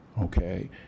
okay